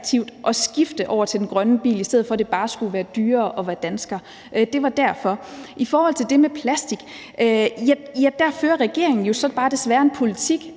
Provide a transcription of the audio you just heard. at skifte over til den grønne bil, i stedet for at det bare skulle være dyrere at være dansker. Det var derfor. I forhold til det med plastik fører regeringen jo så desværre bare en politik,